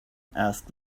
asked